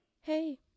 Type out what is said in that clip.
hey